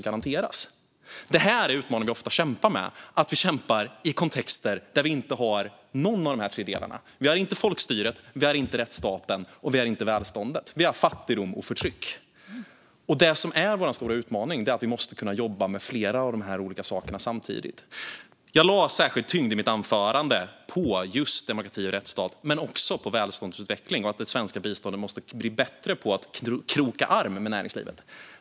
Utmaningen är att vi ofta kämpar i kontexter där ingen av dessa delar finns. Det finns inget folkstyre, ingen rättsstat och inget välstånd. Det finns fattigdom och förtryck. Det som är vår stora utmaning är att vi måste kunna jobba med flera av de här olika sakerna samtidigt. I mitt anförande lade jag särskild tyngd på just demokrati och rättsstat men också på välståndsutveckling och att det svenska biståndet måste bli bättre på att kroka arm med näringslivet.